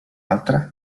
altra